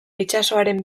itsasoaren